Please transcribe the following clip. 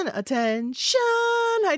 attention